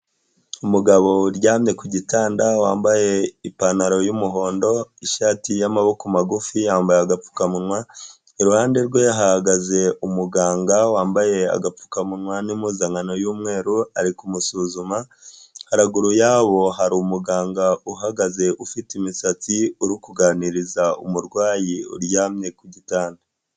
Umugabo uryamye ku gitanda, wambaye ipantaro y'umuhondo, ishati y'amaboko magufi, yambaye agapfukamunwa, iruhande rwe hahagaze umuganga wambaye agapfukamunwa n'impuzankano y'umweru, ari kumusuzuma, haruguru yabo hari umuganga uhagaze, ufite imisatsi, uri kuganiriza umurwayi uryamye ku gitanda.